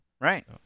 Right